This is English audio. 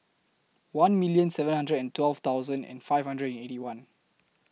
one million seven hundred and twelve thousand and five hundred and Eighty One